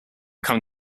come